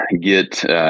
get